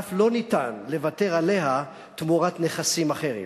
ואף לא ניתן לוותר עליה תמורת נכסים אחרים.